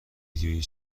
ویدیویی